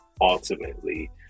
ultimately